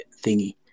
thingy